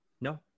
No